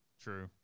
True